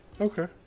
Okay